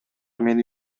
мени